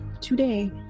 today